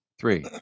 three